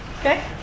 Okay